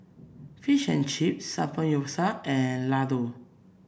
Fish and Chips Samgeyopsal and Ladoo